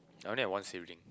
I only have one sibling